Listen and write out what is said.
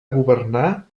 governar